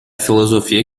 filosofia